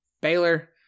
baylor